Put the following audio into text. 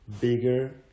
bigger